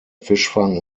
fischfang